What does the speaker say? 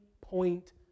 point